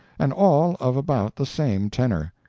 and all of about the same tenor.